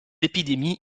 épidémies